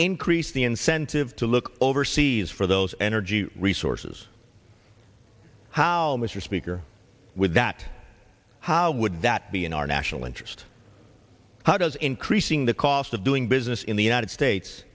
increase the incentive to look overseas for those energy sources how mr speaker with that how would that be in our national interest how does increasing the cost of doing business in the united states